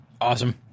Awesome